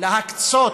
ולהקצות